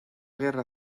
guerra